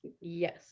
Yes